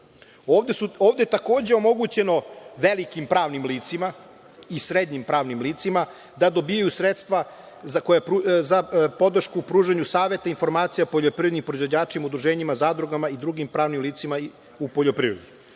Ovde je takođe omogućeno velikim pravnim licima i srednjim pravnim licima da dobijaju sredstva za podršku u pružanju saveta, informacija poljoprivrednim proizvođačima i udruženjima, zadrugama i drugim pravnim licima u poljoprivredi.